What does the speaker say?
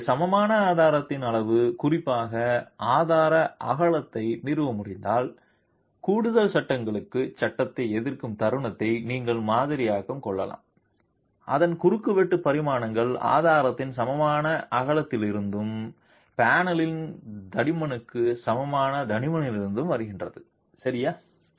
எனவே சமமான ஆதாரத்தின் அளவு குறிப்பாக ஆதார அகலத்தை நிறுவ முடிந்தால் கூடுதல் சட்டங்களுக்கு சட்டத்தை எதிர்க்கும் தருணத்தை நீங்கள் மாதிரியாகக் கொள்ளலாம் அதன் குறுக்கு வெட்டு பரிமாணங்கள் ஆதாரத்தின் சமமான அகலத்திலிருந்தும் பேனலின் தடிமனுக்கு சமமான தடிமனிலிருந்தும் வருகின்றன சரியா